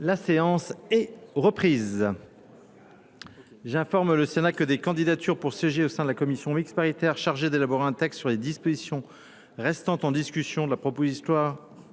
La séance est reprise. J'informe le Sénat que des candidatures pour CG au sein de la Commission mixte paritaire chargée d'élaborer un texte sur les dispositions restant en discussion de la proposition